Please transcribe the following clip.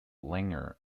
langer